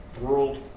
world